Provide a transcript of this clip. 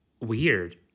weird